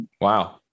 Wow